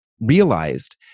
realized